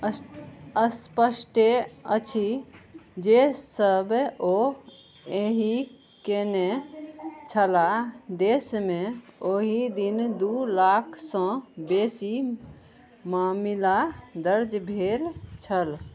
अस स्पष्टे अछि जे सब ओ एहि केने छलाह देशमे ओहि दिन दू लाखसँ बेसी मामिला दर्ज भेल छल